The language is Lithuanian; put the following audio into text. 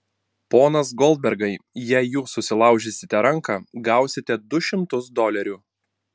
ponas goldbergai jei jūs susilaužysite ranką gausite du šimtus dolerių